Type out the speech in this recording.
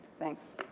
thanks.